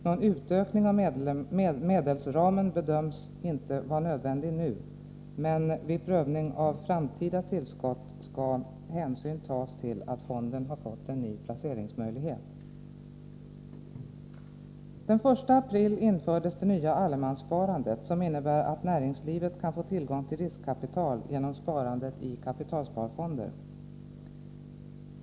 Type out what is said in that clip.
Någon utökning av medelsramen bedöms SKR med a nd AE KSR 5 kapitalförsörjning, inte vara nödvändig nu, men vid prövning av framtida tillskott skall hänsyn Sm tas till att fonden fått en ny placeringsmöjlighet. Den 1 april infördes det nya allemanssparandet, som innebär att näringslivet kan få tillgång till riskkapital genom sparandet i kapitalsparfonder.